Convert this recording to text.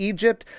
Egypt